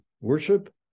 worship